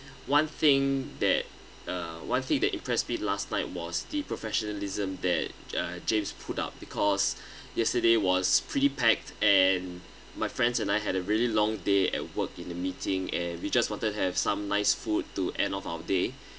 one thing that uh one thing that impressed me last night was the professionalism that uh james put up because yesterday was pretty packed and my friends and I had a really long day at work in the meeting and we just wanted to have some nice food to end off our day